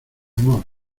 amor